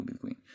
Queen